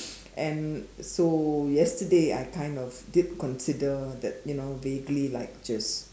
and so yesterday I kind of did consider that you know vaguely like just